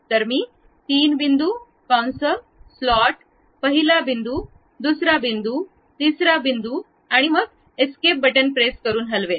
तर मी तीन बिंदू कंस स्लॉट पहिला बिंदू दुसरा बिंदू तिसरा बिंदू आणि मी एस्केप बटन प्रेस करून हलवेल